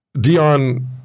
Dion